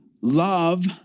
love